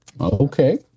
okay